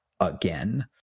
again